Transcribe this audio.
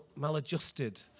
maladjusted